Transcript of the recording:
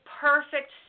perfect